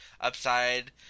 upside